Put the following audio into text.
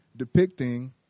depicting